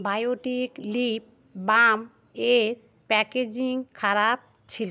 Biotique lip বামের packaging খারাপ ছিলো